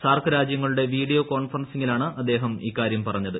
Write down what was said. സാർക്ക് രാജ്യങ്ങളുടെ വീഡിയോ കോൺഫറൻസിങ്ങിലാണ് അദ്ദേഹം ഇക്കാര്യം പറഞ്ഞത്